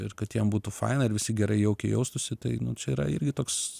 ir kad jiem būtų faina ir visi gerai jaukiai jaustųsi tai nu čia yra irgi toks